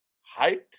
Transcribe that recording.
height